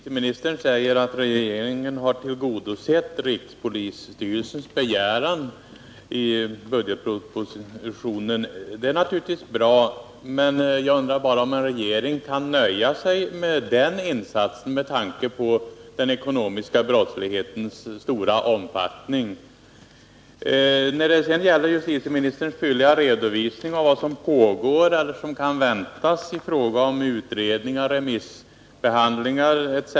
Herr talman! Justitieministern säger att regeringen i budgetpropositionen har tillgodosett rikspolisstyrelsens begäran. Det är gott och väl, men kan en regering nöja sig med den insatsen med tanke på den ekonomiska brottslighetens stora omfattning? Justitieministern gav en fyllig redovisning av vad som pågår eller kan väntas i fråga om utredningar, remissbehandlingar etc.